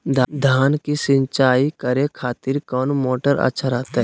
धान की सिंचाई करे खातिर कौन मोटर अच्छा रहतय?